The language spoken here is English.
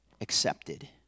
accepted